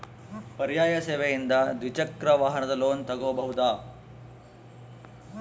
ಪರ್ಯಾಯ ಸೇವೆಯಿಂದ ದ್ವಿಚಕ್ರ ವಾಹನದ ಲೋನ್ ತಗೋಬಹುದಾ?